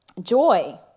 Joy